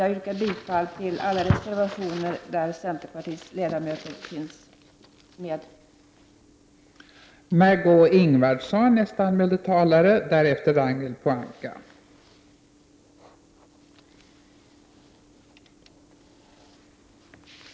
Jag yrkar bifall till alla reservationer som centerpartiets ledamöter har undertecknat.